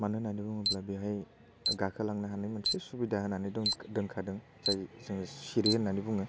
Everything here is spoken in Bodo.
मानो होननानै बुङोब्ला बेहाय गाखोलांनो हानाय मोनसे सुबिदा होननानै दं दोनखादों जाय जों सिरि होननानै बुङो